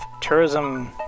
tourism